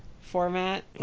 format